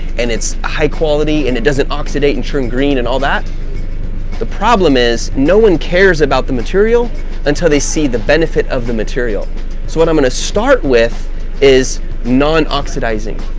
and it's high-quality and it doesn't oxidize and turn green, and all that the problem is no one cares about the material until they see the benefit of the material. so what i'm going to start with is non-oxidizing,